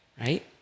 right